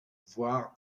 voire